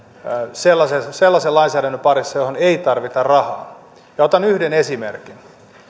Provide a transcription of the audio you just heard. sellaisen lainsäädännön parissa johon ei tarvita rahaa otan yhden esimerkin